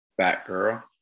Batgirl